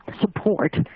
support